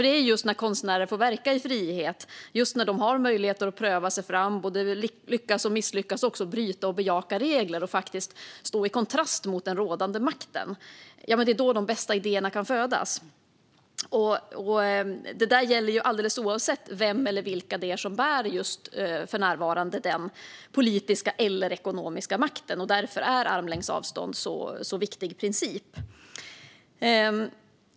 Det är just när konstnärer får verka i frihet och när de har möjligheter att pröva sig fram - både lyckas och misslyckas, bryta och bejaka regler och faktiskt stå i kontrast mot den rådande makten - som de bästa idéerna kan födas. Och det gäller alldeles oavsett vem eller vilka som för närvarande bär den politiska eller ekonomiska makten. Därför är armlängds avstånd en viktig princip.